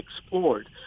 explored